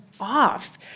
off